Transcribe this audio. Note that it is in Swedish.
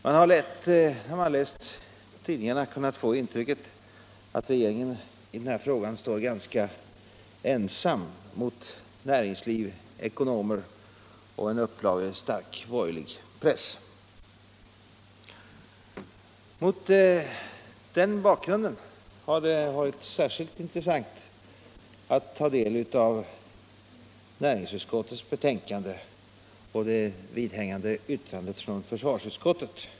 Man har, när man har läst tidningarna, lätt kunnat få intrycket att regeringen i denna fråga står ganska ensam mot näringsliv, ekonomer och en upplagestark borgerlig press. Mot den bakgrunden har det varit särskilt intressant att ta del av näringsutskottets betänkande och det vidhängande yttrandet från försvarsutskottet.